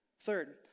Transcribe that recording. Third